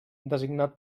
designat